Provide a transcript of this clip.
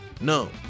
No